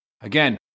Again